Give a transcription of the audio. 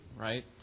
right